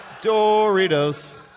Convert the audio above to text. Doritos